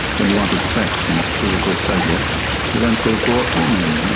when you wanted sex and physical pleasure you went with a bought woman,